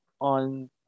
on